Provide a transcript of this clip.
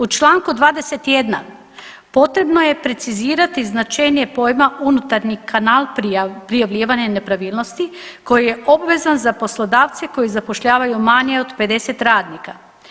U čl. 21 potrebno je precizirati značenje pojma unutarnji kanal prijavljivanja nepravilnosti koji je obvezan za poslodavce koji zapošljavaju manje od 50 radnika.